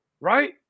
right